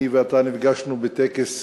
אני ואתה נפגשנו בטקס